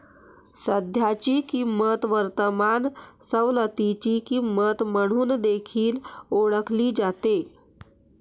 सध्याची किंमत वर्तमान सवलतीची किंमत म्हणून देखील ओळखली जाते